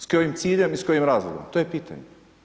S kojim ciljem i s kojim razlogom, to je pitanje?